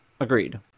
Agreed